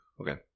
Okay